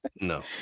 No